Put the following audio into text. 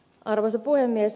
arvoisa puhemies